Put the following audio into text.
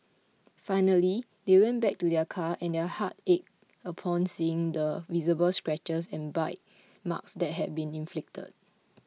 finally they went back to their car and their hearts ached upon seeing the visible scratches and bite marks that had been inflicted